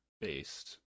based